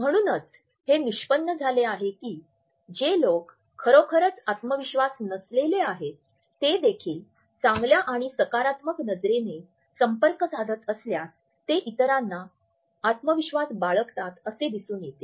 म्हणूनच हे निष्पन्न झाले आहे की जे लोक खरोखरच आत्मविश्वास नसलेले आहेत तेदेखील चांगल्या आणि सकारात्मक नजरेने संपर्क साधत असल्यास ते इतरांना आत्मविश्वास बाळगतात असे दिसून येते